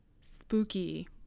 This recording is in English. Spooky